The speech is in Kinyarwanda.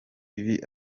ibi